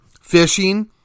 fishing